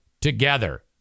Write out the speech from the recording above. together